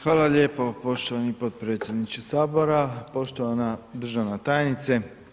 Hvala lijepo poštovani potpredsjedniče Sabora, poštovana državna tajnice.